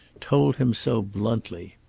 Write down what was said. told him so bluntly.